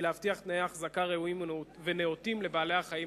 כדי להבטיח תנאי החזקה ראויים ונאותים לבעלי-החיים